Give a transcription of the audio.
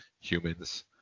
humans